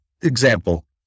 example